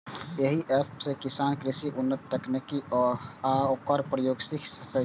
एहि एप सं किसान कृषिक उन्नत तकनीक आ ओकर प्रयोग सीख सकै छै